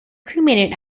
cremated